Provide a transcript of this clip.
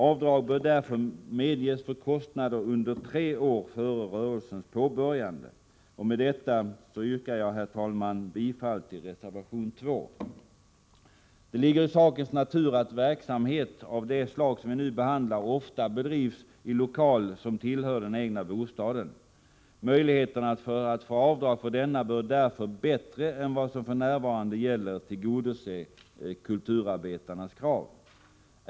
Avdrag bör därför medges för kostnader under tre år före rörelsens påbörjande. Med detta yrkar jag, herr talman, bifall till reservation 2. Det ligger i sakens natur att verksamhet av det slag som vi nu behandlar ofta bedrivs i lokal som tillhör den egna bostaden. Möjligheterna att få avdrag för denna bör därför bättre än vad som för närvarande gäller tillgodose kulturarbetarnas krav.